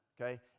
okay